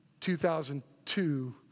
2002